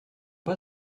pas